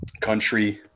Country